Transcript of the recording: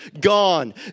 gone